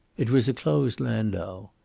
it was a closed landau.